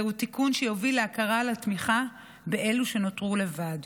זהו תיקון שיוביל להכרה ולתמיכה באלו שנותרו לבד,